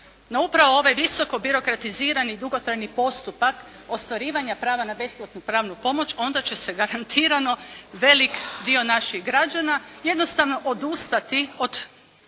na upravo ovaj visoko birokratizirani, dugotrajni postupak ostvarivanja prava na besplatnu pravnu pomoć onda će se garantirano velik dio naših građana jednostavno odustati od